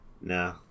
no